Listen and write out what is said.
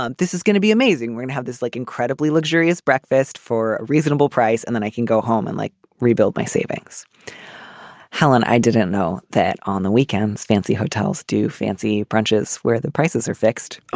um this is going to be amazing when you and have this like incredibly luxurious breakfast for a reasonable price and then i can go home and like rebuild my savings helen, i didn't know that on the weekends. fancy hotels do fancy brunches where the prices are fixed. ah